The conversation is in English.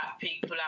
people